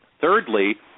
Thirdly